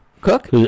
Cook